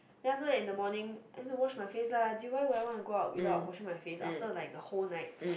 then after that in the morning I need to wash my face lah do you why would I want to go out without washing my face after like the whole night